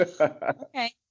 Okay